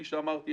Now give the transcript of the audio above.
כפי שאמרתי,